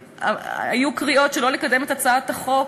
היו קריאות שלא לקדם את הצעת החוק,